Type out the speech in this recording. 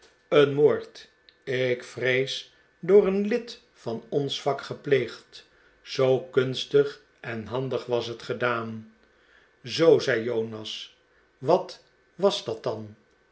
een moord ik vrees door een lid van ons vak gepleegd zoo kunstig en handig was het gedaan zoo zei jonas wat was dat dan